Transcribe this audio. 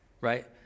right